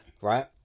Right